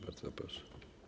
Bardzo proszę.